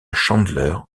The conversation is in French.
chandler